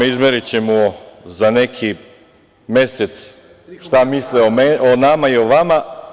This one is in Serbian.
Izmerićemo za nekih mesec šta misle o nama i o vama.